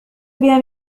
بها